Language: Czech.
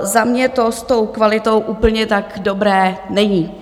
Za mě to s tou kvalitou úplně tak dobré není.